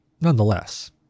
nonetheless